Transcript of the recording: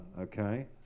Okay